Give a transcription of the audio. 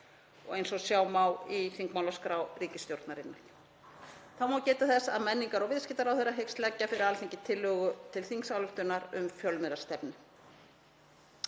eins og sjá má í þingmálaskrá ríkisstjórnarinnar. Þá má geta þess að menningar- og viðskiptaráðherra hyggst leggja fyrir Alþingi tillögu til þingsályktunar um fjölmiðlastefnu.